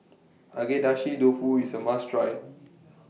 Agedashi Dofu IS A must Try